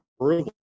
approval